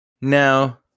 Now